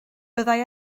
byddai